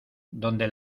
donde